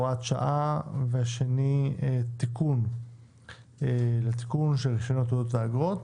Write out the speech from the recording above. הוראת שעה והשני תיקון של האגרות.